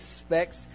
expects